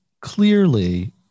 clearly